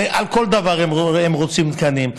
על כל דבר הם רוצים תקנים,